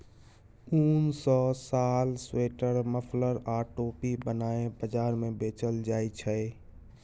उन सँ साल, स्वेटर, मफलर आ टोपी बनाए बजार मे बेचल जाइ छै